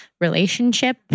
relationship